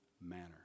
manner